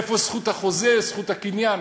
איפה זכות החוזה, זכות הקניין?